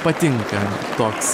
patinka toks